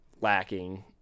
lacking